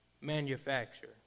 manufacture